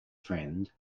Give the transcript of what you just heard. friend